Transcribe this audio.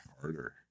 harder